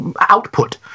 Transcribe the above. output